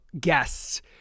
guests